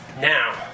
Now